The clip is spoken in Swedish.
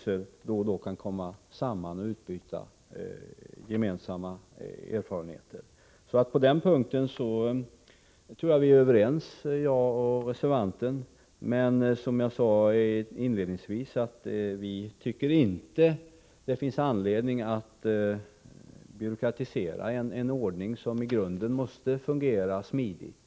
Det är viktigt att de då och då kan komma samman och utbyta erfarenheter. På den punkten tror jag att jag och reservanten är överens. Men som jag sade inledningsvis tycker vi inte att det finns anledning att byråkratisera en ordning som i grunden måste fungera smidigt.